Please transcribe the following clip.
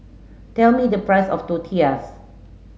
tell me the price of Tortillas